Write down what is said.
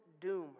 doom